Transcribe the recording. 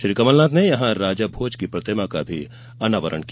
श्री कमलनाथ ने यहां राजा भोज की प्रतिमा का अनावरण भी किया